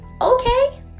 Okay